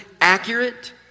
accurate